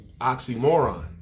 oxymoron